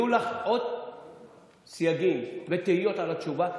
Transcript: יהיו לך עוד סייגים ותהיות על התשובה,